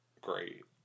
great